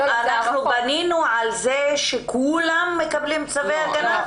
בנינו על זה שכולם מקבלים צווי הגנה?